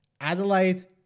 Adelaide